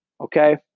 Okay